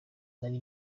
nari